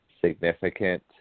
significant